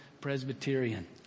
Presbyterian